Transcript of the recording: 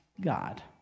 God